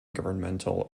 governmental